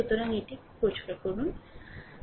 সুতরাং এটি পরিষ্কার করুন